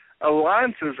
alliances